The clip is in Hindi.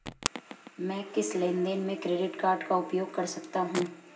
मैं किस लेनदेन में क्रेडिट कार्ड का उपयोग कर सकता हूं?